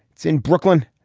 it's in brooklyn.